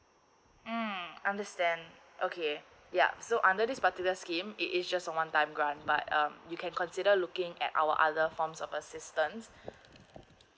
mm understand okay yup so under this particular scheme is just a one time grant but um you can consider looking at our other forms of assistance